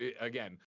again